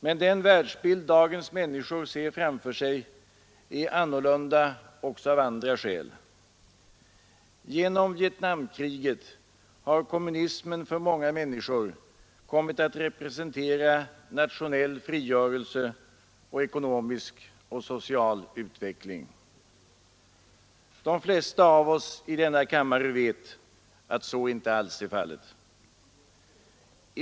Men den världsbild dagens människor ser framför sig är annorlunda också av andra skäl. Genom Vietnamkriget har kommunismen för många människor kommit att representera nationell frigörelse och ekonomisk och social utveckling. De flesta av oss i denna kammare vet att så inte alls är fallet.